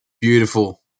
Beautiful